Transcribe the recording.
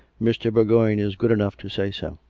mr. bourgoign is good enough to say so.